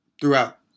throughout